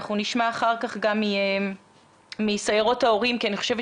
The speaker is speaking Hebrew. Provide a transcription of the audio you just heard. אחר כך נשמע מסיירות ההורים כי אני חושבת